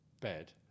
bed